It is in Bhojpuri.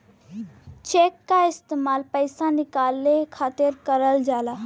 चेक क इस्तेमाल पइसा निकाले खातिर करल जाला